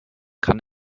kann